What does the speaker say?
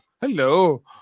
hello